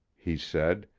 he said,